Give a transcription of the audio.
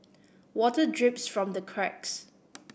water drips from the cracks